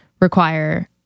require